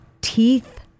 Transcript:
teeth